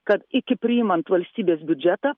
kad iki priimant valstybės biudžetą